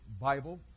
Bible